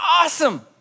awesome